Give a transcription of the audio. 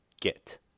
get